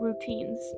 routines